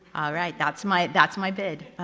alright that's my that's my bid